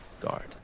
guard